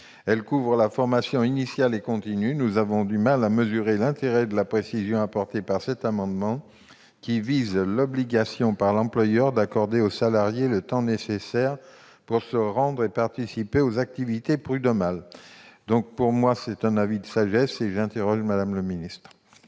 elle couvre la formation initiale et continue. Aussi, nous avons du mal à mesurer l'intérêt de la précision apportée au travers de cet amendement, qui vise l'obligation par l'employeur d'accorder au salarié le temps nécessaire pour se rendre et participer aux activités prud'homales. En conséquence, nous émettons un avis de sagesse, et j'aimerais connaître